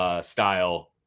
style